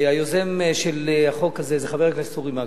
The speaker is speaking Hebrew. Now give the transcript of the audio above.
היוזם של החוק הזה הוא חבר הכנסת אורי מקלב,